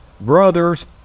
brother's